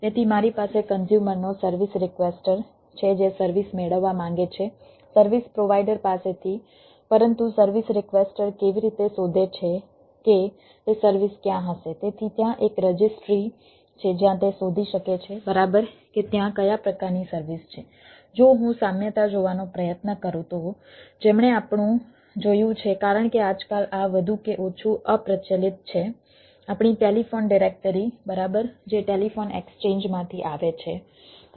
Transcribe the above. તેથી મારી પાસે કન્ઝ્યુમરનો સર્વિસ રિક્વેસ્ટર છે જે સર્વિસ મેળવવા માંગે છે સર્વિસ પ્રોવાઈડર પાસેથી પરંતુ સર્વિસ રિક્વેસ્ટર કેવી રીતે શોધે છે કે તે સર્વિસ ક્યાં હશે